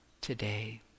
today